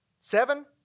Seven